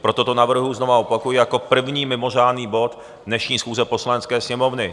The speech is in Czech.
Proto to navrhuji a znova opakuji jako první mimořádný bod dnešní schůze Poslanecké sněmovny.